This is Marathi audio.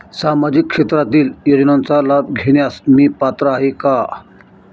सामाजिक क्षेत्रातील योजनांचा लाभ घेण्यास मी पात्र आहे का?